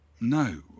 No